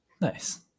Nice